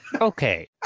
Okay